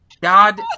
God